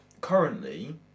currently